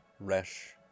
Resh